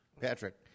Patrick